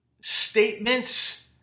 statements